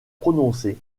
prononcé